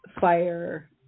fire